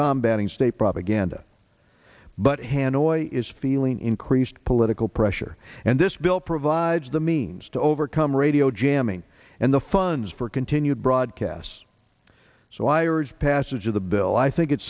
combat and state propaganda but hanoi is feeling increased political pressure and this bill provides the means to overcome radio jamming and the funds for continued broadcasts so i urge passage of the bill i think it